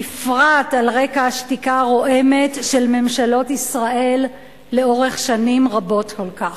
בפרט על רקע השתיקה הרועמת של ממשלות ישראל לאורך שנים רבות כל כך.